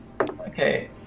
Okay